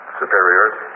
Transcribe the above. superiors